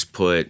put